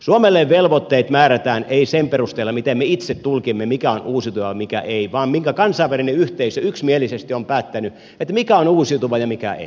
suomelle velvoitteet määrätään ei sen perusteella miten me itse tulkitsemme mikä on uusiutuvaa ja mikä ei vaan sen perusteella minkä kansainvälinen yhteisö yksimielisesti on päättänyt mikä on uusiutuvaa ja mikä ei